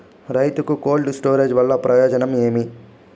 రైతుకు cold storage వల్ల ప్రయోజనం ఏమి?